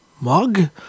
mug